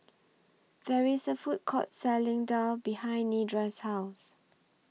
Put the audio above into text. There IS A Food Court Selling Daal behind Nedra's House